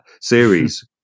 series